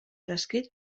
prescrit